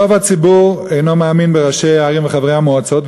רוב הציבור אינו מאמין בראשי הערים וחברי המועצות,